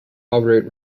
operate